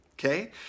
Okay